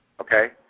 okay